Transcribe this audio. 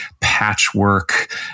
patchwork